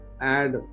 add